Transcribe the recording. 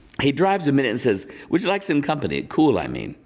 he drives a minute and says would you like some company. coole i mean.